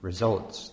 Results